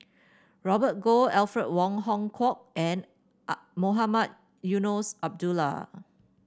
Robert Goh Alfred Wong Hong Kwok and Mohamed Eunos Abdullah